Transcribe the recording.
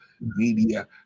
media